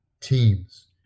teams